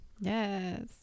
Yes